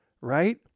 right